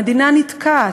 המדינה נתקעת,